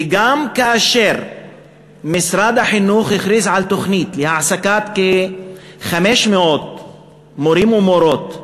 וגם כאשר הכריז משרד החינוך על תוכנית להעסקת כ-500 מורים ומורות,